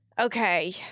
Okay